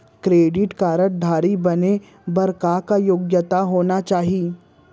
Credit card धारी बने बर का का योग्यता होना चाही?